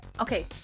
okay